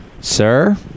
Sir